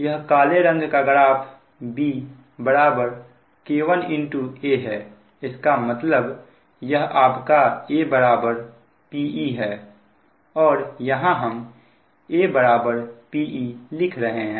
यह काले रंग का ग्राफ B बराबर K1 A है इसका मतलब यह आपका A Pe है और यहां हम A Pe लिख रहे हैं